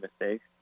mistakes